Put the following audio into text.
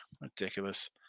Ridiculous